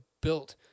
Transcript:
built